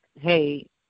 hey